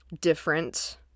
different